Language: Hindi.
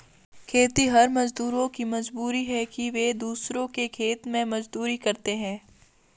खेतिहर मजदूरों की मजबूरी है कि वे दूसरों के खेत में मजदूरी करते हैं